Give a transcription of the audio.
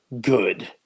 good